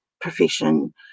profession